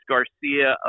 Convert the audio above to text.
Garcia